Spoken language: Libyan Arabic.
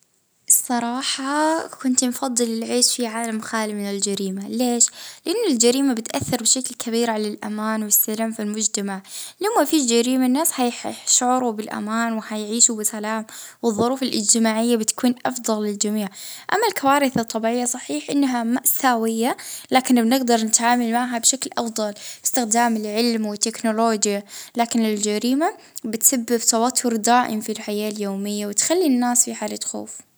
اه نختار عالم بدون كوارث طبيعية، اه بيش نخلي العالم أكثر أمان.